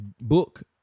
book